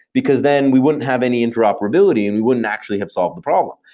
because then we wouldn't have any interoperability and we wouldn't actually have solved the problem.